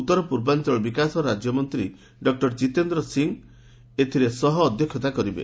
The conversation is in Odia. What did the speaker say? ଉତ୍ତର ପୂର୍ବାଞ୍ଚଳ ବିକାଶ ରାକ୍ୟମନ୍ତ୍ରୀ ଡକ୍ଟର ଜିତେନ୍ଦ୍ର ସିଂ ଏଥିରେ ସହଅଧ୍ୟକ୍ଷତା କରିବେ